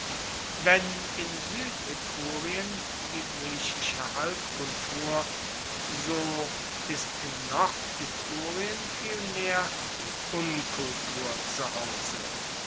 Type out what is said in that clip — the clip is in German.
wenn in suedetrurien die griechische halbkultur so ist in nordetrurien vielmehr die unkultur zu hause